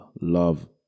love